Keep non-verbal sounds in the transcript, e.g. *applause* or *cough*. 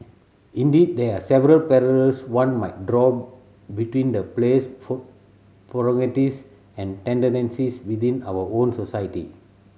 indeed there are several parallels one might draw between the play's protagonist and *unintelligible* within our own society